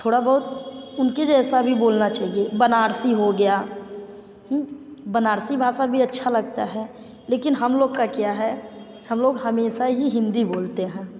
थोड़ा बहुत उनके जैसा भी बोलना चाहिए बनारसी हो गया बनारसी भाषा भी अच्छा लगता है लेकिन हम लोग का क्या है हम लोग हमेशा ही हिंदी बोलते हैं